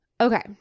Okay